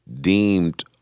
deemed